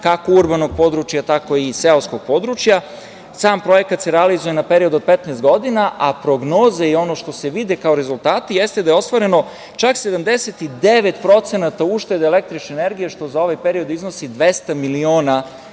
kako urbanog područja, tako i seoskog područja. Sam projekat se realizuje na period od 15 godina, a prognoza i ono što se vidi kao rezultati jeste da je ostvareno čak 79% uštede električne energije, što za ovaj period iznosi 200 miliona